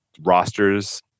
rosters